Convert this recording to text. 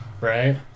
Right